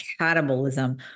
catabolism